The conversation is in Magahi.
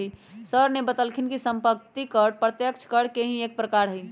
सर ने बतल खिन कि सम्पत्ति कर प्रत्यक्ष कर के ही एक प्रकार हई